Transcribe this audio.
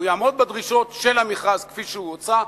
הוא יעמוד בדרישות של המכרז כפי שהוצא,